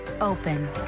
open